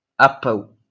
apple